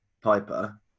Piper